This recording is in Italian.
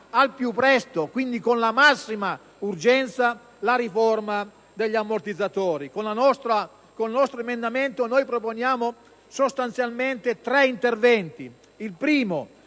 al più presto, quindi con la massima urgenza, la riforma degli ammortizzatori. Con il nostro emendamento noi proponiamo sostanzialmente tre interventi: in primo